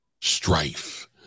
strife